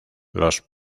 los